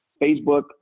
Facebook